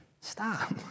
Stop